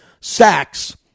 sacks